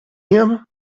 him